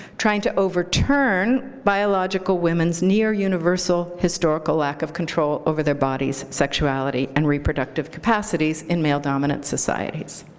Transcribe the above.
trying to overturn biological women's near-universal historical lack of control over their bodies, sexuality, and reproductive capacities in male dominant societies.